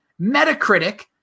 Metacritic